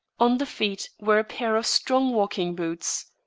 on the feet were a pair of strong walking boots,